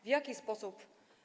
W jaki sposób.